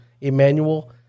Emmanuel